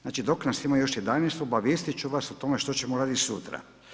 Znači, dok nas ima još 11 obavijestiti ću vas o tome što ćemo raditi sutra.